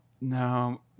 no